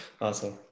awesome